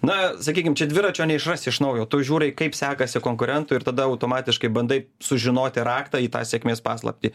na sakykim čia dviračio neišrasi iš naujo tu žiūrai kaip sekasi konkurentui ir tada automatiškai bandai sužinoti raktą į tą sėkmės paslaptį